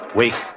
wait